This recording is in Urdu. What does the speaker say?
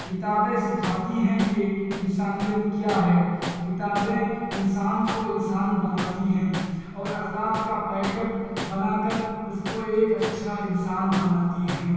کتابیں سکھاتی ہیں کہ انسانیت کیا ہے کتابیں انسان کو انسان بناتی ہیں اور اخلاق کا پیکر بنا کر اس کو ایک اچھا انسان بناتی ہیں